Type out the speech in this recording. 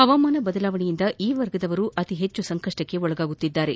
ಹವಾಮಾನ ಬದಲಾವಣೆಯಿಂದ ಈ ವರ್ಗದವರು ಅತಿಹೆಚ್ಚು ಸಂಕಷ್ವಕ್ಕೆ ಒಳಗಾಗುತ್ತಿದ್ದಾರೆ